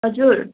हजुर